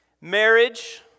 marriage